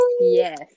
Yes